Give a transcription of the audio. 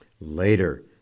Later